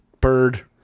bird